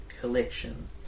collection